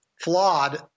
flawed